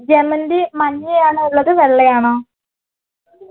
ജമന്തി മഞ്ഞയാണോ ഉള്ളത് വെള്ളയാണോ